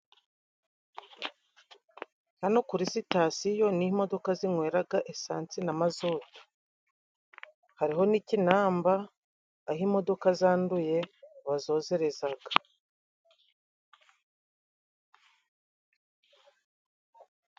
Hano kuri sitasiyo niho imodoka zinyweraga esansi na mazutu. Hariho n'ikinamba aho imodoka zanduye bazozerezaga.